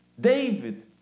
David